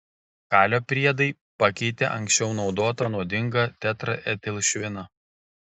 kalio priedai pakeitė anksčiau naudotą nuodingą tetraetilšviną